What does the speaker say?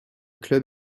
club